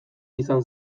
izan